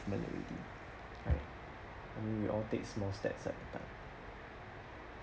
already alright I mean we all take small steps at a time